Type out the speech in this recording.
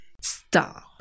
Stop